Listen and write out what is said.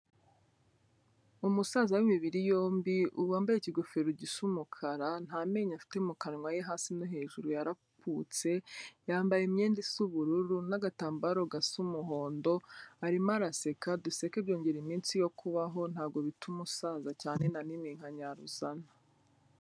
Umusaza w'imibiri yombi, wambaye ikigofero gisa umukara, nta menyo afite mu kanwa yo hasi no hejuru yarakutse, yambaye imyenda isa ubururu n'agatambaro gasa umuhondo, arimo araseka, duseke byongera iminsi yo kubaho ntabwo bituma usaza cyane nta n'iminkanyari uzana.